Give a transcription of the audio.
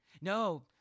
No